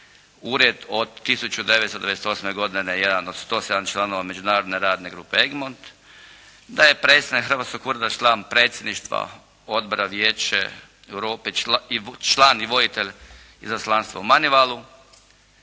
ured od 1998. godine da je jedan od 107 članova međunarodne radne grupe Egmont. Da je predstavnik hrvatskog ureda član Predsjedništva Odbora Vijeće Europe i član i voditelj izaslanstva u Manivalu